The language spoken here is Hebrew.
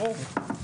ברור.